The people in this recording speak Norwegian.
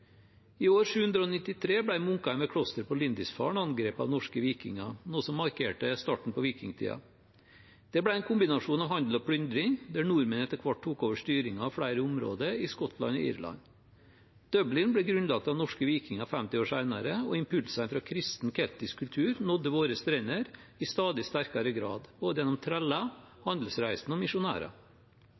I år 793 ble munkene ved klosteret på Lindisfarne angrepet av norske vikinger, noe som markerte starten på vikingtiden. Det ble en kombinasjon av handel og plyndring, der nordmennene etter hvert tok over styringen av flere områder i Skottland og Irland. Dublin ble grunnlagt av norske vikinger 50 år senere, og impulser fra kristen keltisk kultur nådde våre strender i stadig sterkere grad, gjennom både treller, handelsreisende og misjonærer.